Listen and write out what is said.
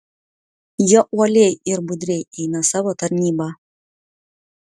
jie uoliai ir budriai eina savo tarnybą